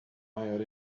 maior